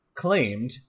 Claimed